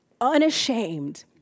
unashamed